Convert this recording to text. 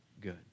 good